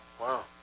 Wow